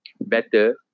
better